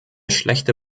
schlechte